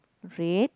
red